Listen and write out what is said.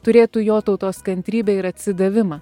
turėtų jo tautos kantrybę ir atsidavimą